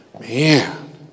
man